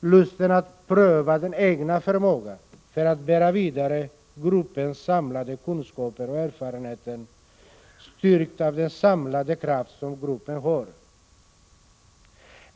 lusten att pröva den egna förmågan för att bära vidare gruppens samlade kunskaper och erfarenheter, styrkt av den samlade kraft som gruppen har.